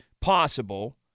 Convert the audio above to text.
possible